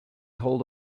hold